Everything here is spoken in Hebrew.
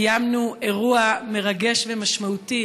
קיימנו אירוע מרגש ומשמעותי,